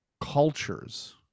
Cultures